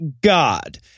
God